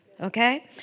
Okay